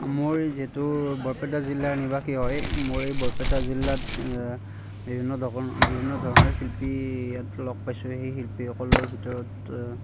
মই যিহেতু বৰপেটা জিলাৰ নিবাসী হয় মোৰ এই বৰপেটা জিলাত বিভিন্ন লগৰ বিভিন্ন ধৰণৰ শিল্পী ইয়াত লগ পাইছোঁ সেই শিল্পীসকলৰ ভিতৰত